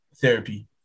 therapy